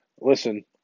Listen